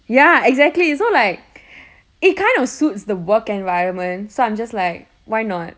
ya exactly so like it kind of suits the work environment so I'm just like why not